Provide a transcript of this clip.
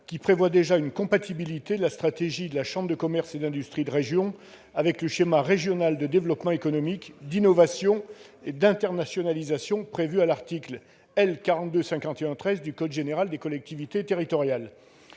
qui prévoit déjà une compatibilité de la stratégie de la chambre de commerce et d'industrie de région avec le schéma régional de développement économique, d'innovation et d'internationalisation prévu à l'article L. 4251-13 du code général des collectivités territoriales.